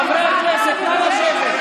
חברי הכנסת, נא לשבת.